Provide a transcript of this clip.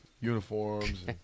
uniforms